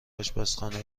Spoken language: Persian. آشپزخانه